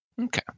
Okay